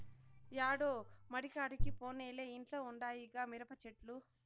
యాడో మడికాడికి పోనేలే ఇంట్ల ఉండాయిగా మిరపచెట్లు